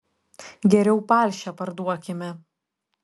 geriau palšę parduokime